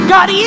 God